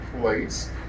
place